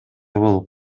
болуп